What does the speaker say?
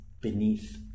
beneath